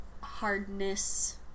hardness